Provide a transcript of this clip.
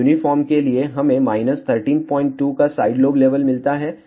तो यूनिफार्म के लिए हमें 132 का साइड लोब लेवल मिलता है